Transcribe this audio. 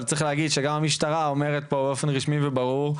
אבל צריך להגיד שגם המשטרה אומרת פה באופן רשמי וברור,